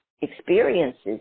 experiences